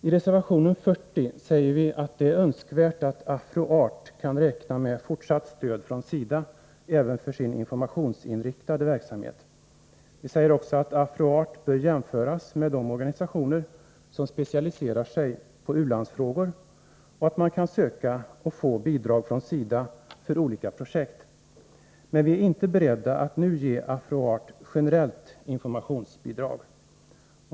I reservationen 40 säger vi att det är önskvärt att Afro-Art kan räkna med fortsatt stöd från SIDA även för sin informationsinriktade verksamhet. Vi säger också att Afro-Art bör jämföras med de organisationer som specialiserat sig på u-landsfrågor och att Afro-Art bör kunna söka och få bidrag från SIDA för olika projekt. Men vi är inte beredda att nu ge Afro-Art generellt informationsbidrag.